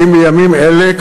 האם בימים אלה,